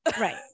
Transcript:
right